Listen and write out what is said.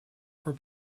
for